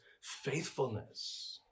faithfulness